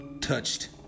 touched